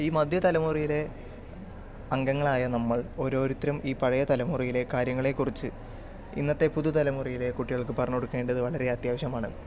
ഈ മധ്യ തലമുറയിലെ അംഗങ്ങളായ നമ്മൾ ഓരോരുത്തരും ഈ പഴയ തലമുറയിലെ കാര്യങ്ങളെക്കുറിച്ച് ഇന്നത്തെ പുതുതലമുറയിലെ കുട്ടികൾക്ക് പറഞ്ഞു കൊടുക്കേണ്ടത് വളരെ അത്യാവശ്യമാണ്